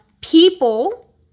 people